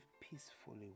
peacefully